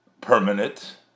permanent